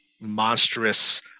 monstrous